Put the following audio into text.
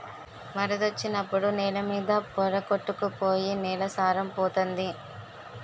వరదొచ్చినప్పుడు నేల మీద పోర కొట్టుకు పోయి నేల సారం పోతంది